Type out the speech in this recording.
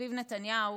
שסביב נתניהו,